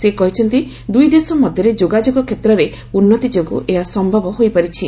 ସେ କହିଛନ୍ତି ଦୁଇଦେଶ ମଧ୍ୟରେ ଯୋଗାଯୋଗ କ୍ଷେତ୍ରରେ ଉନ୍ତି ଯୋଗ୍ରୁଁ ଏହା ସମ୍ଭବ ହୋଇପାରିଛି